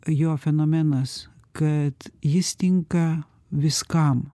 jo fenomenas kad jis tinka viskam